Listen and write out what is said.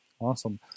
Awesome